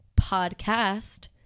podcast